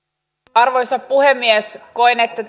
arvoisa puhemies koen että